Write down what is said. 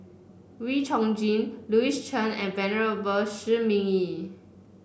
Wee Chong Jin Louis Chen and Venerable Shi Ming Yi